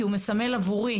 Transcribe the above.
כי הוא מסמל עבורי,